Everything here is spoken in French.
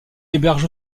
héberge